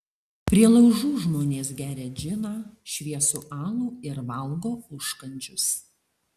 prie laužų žmonės geria džiną šviesų alų ir valgo užkandžius